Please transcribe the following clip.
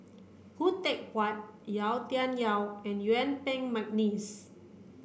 Khoo Teck Puat Yau Tian Yau and Yuen Peng McNeice